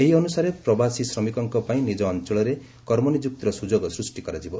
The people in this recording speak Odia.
ଏହା ଅନୁସାରେ ପ୍ରବାସୀ ଶ୍ରମିକଙ୍ଙ ପାଇଁ ନିକ ଅଞ୍ଞଳରେ କର୍ମନିଯୁକ୍ତିର ସୁଯୋଗ ସୃଷ୍ି କରିବ